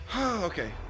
Okay